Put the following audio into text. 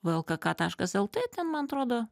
v l k k taškas lt ten man trodo